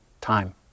time